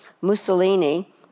Mussolini